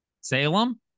Salem